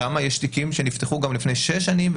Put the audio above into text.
שם יש תיקים שנפתחו גם לפני 6 שנים,